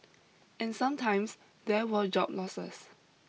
and sometimes there were job losses